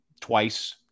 twice